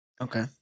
okay